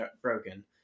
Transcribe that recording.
broken